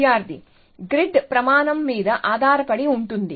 విద్యార్థి గ్రిడ్ పరిమాణం మీద ఆధారపడి ఉంటుంది